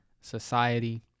society